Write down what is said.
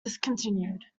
discontinued